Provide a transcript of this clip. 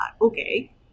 okay